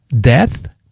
Death